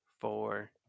four